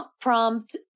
prompt